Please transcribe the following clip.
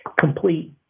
complete